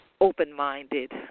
open-minded